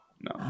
no